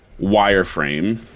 wireframe